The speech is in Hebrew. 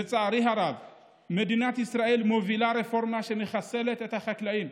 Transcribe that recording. לצערי הרב מדינת ישראל מובילה רפורמה שמחסלת את החקלאים.